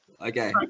Okay